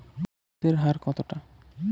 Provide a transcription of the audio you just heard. সুদের হার কতটা?